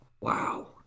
Wow